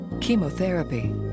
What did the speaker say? chemotherapy